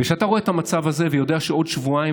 כשאתה רואה את המצב הזה ויודע שבעוד שבועיים